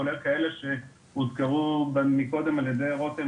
כולל כאלה שהוזכרו קודם על ידי רותם